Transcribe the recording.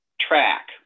track